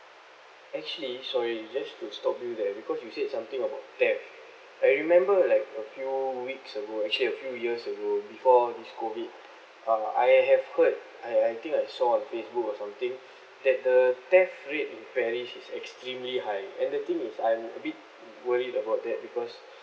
actually sorry just to stop you there because you said something about theft I remember like a few weeks ago actually a few years ago before this COVID ah I have heard I I think I saw on facebook or something that the theft rate in paris is extremely high and the thing is I'm a bit worried about that because